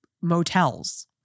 motels